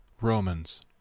Romans